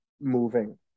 moving